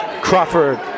Crawford